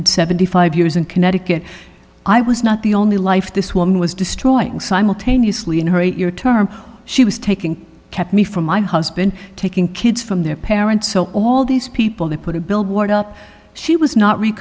seventy five years in connecticut i was not the only life this woman was destroying simultaneously in her eight year term she was taking kept me from my husband taking kids from their parents so all these people they put a billboard up she was not